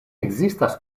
ekzistas